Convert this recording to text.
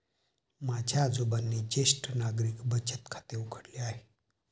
माझ्या आजोबांनी ज्येष्ठ नागरिक बचत खाते उघडले आहे